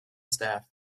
staff